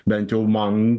bent jau man